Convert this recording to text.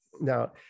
Now